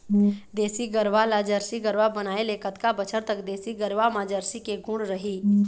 देसी गरवा ला जरसी गरवा बनाए ले कतका बछर तक देसी गरवा मा जरसी के गुण रही?